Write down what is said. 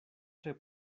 tre